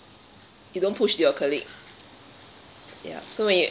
you don't push to your colleague ya when you